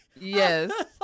Yes